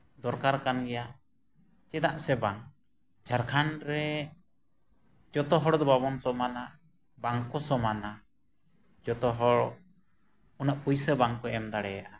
ᱫᱚᱨᱠᱟᱨ ᱠᱟᱱ ᱜᱮᱭᱟ ᱪᱮᱫᱟᱜ ᱥᱮ ᱵᱟᱝ ᱡᱷᱟᱲᱠᱷᱚᱸᱰ ᱨᱮ ᱡᱚᱛᱚ ᱦᱚᱲ ᱫᱚ ᱵᱟᱵᱚᱱ ᱥᱚᱢᱟᱱᱟ ᱵᱟᱝ ᱠᱚ ᱥᱚᱢᱟᱱᱟ ᱡᱚᱛᱚ ᱦᱚᱲ ᱩᱱᱟᱹᱜ ᱯᱩᱭᱥᱟᱹ ᱵᱟᱝ ᱠᱚ ᱮᱢ ᱫᱟᱲᱮᱭᱟᱜᱼᱟ